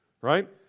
right